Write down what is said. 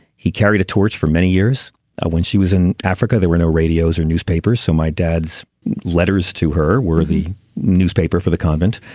he carried a torch for many years when she was in africa. there were no radios or newspapers so my dad's letters to her worthy newspaper for the convent.